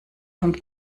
vom